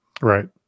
Right